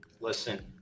listen